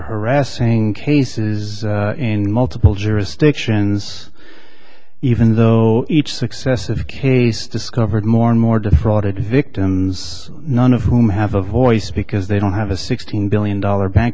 harassing cases in multiple jurisdictions even though each successive case discovered more and more defrauded victims none of whom have a voice because they don't have a sixteen billion dollars bank